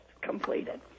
completed